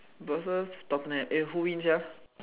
versus Tottenham eh who win sia